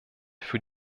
für